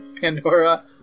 Pandora